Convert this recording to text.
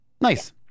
Nice